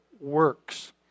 works